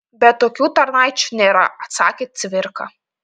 bet tokių tarnaičių nėra atsakė cvirka